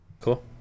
Cool